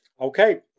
Okay